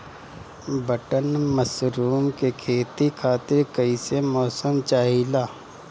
Button mushroom के खेती खातिर कईसे मौसम चाहिला?